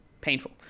painful